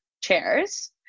chairs